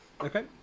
Okay